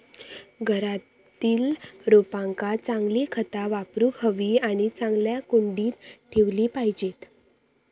घरातील रोपांका चांगली खता वापरूक हवी आणि चांगल्या कुंडीत ठेवली पाहिजेत